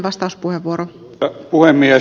arvoisa puhemies